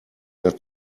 der